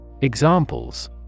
Examples